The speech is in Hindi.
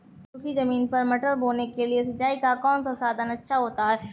सूखी ज़मीन पर मटर बोने के लिए सिंचाई का कौन सा साधन अच्छा होता है?